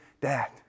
Dad